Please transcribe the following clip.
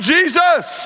Jesus